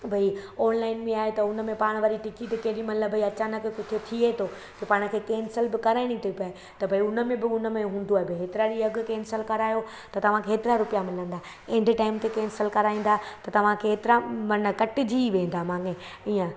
भई ऑनलाइन बि आहे त उन में पाण वरी टिकट केॾीमहिल भई अचानक कुझु थिए थो त पाण खे केंसल बि कराइणी थी पए त भई उन में बि उन में हूंदो आहे भई हेतिरा ॾींहं अॻु केंसल करायो त तव्हांखे हेतिरा रुपिया मिलंदा ऐंड टाइम ते कैंसिल कराईंदा त तवांखे हेतिरा माना कटिजी वेंदा माने ईअं